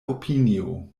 opinio